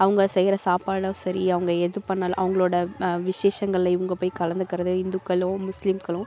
அவங்க செய்கிற சாப்பாடோ சரி அவங்க எது பண்ணாலும் அவங்களோட விசேஷங்களில் இவங்க போய் கலந்துக்கிறது இந்துக்களும் முஸ்லீம்களும்